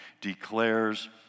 declares